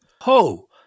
Ho